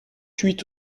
huit